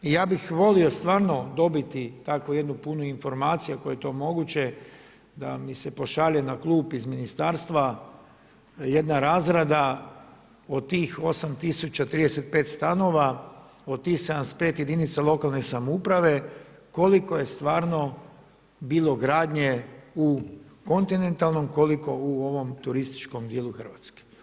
I ja bih volio stvarno dobiti takvu jednu punu informaciju ako je to moguće da mi se pošalje na klub iz ministarstva jedna razrada od tih 8035 stanova od tih 75 jedinica lokalne samouprave koliko je stvarno bilo gradnje u kontinentalnom, koliko u ovom turističkom dijelu Hrvatske.